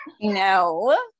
No